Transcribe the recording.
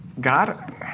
God